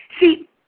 See